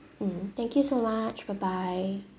mm thank you so much bye bye